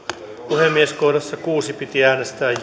puhemies piti äänestää